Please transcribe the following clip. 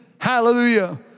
Hallelujah